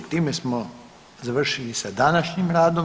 Time smo završili sa današnjim radom.